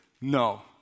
No